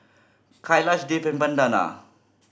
Kailash Dev and Vandana